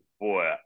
Boy